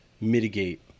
mitigate